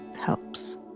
helps